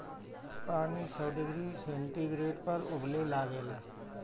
पानी सौ degree centigrade पर उबले लागेला